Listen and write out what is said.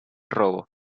robo